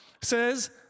says